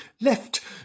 left